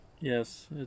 Yes